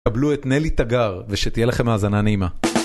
קבלו את נלי תגר, ושתהיה לכם האזנה נעימה.